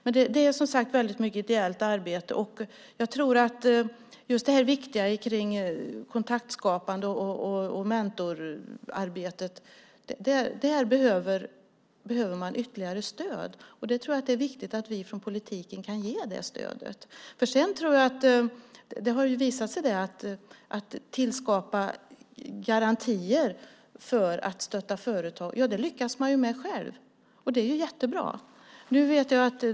Men det är väldigt mycket ett ideellt arbete, och i det viktiga kontaktskapandet och mentorarbetet behöver man ytterligare stöd. Det är viktigt att vi i politiken kan ge det stödet. Att skapa garantier för att stötta företag lyckas man med själv, vilket är jättebra.